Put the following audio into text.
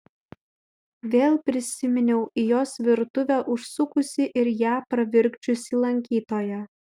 vėl prisiminiau į jos virtuvę užsukusį ir ją pravirkdžiusį lankytoją